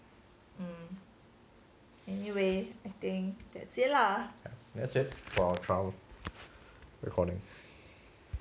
ya that's it for our trial recording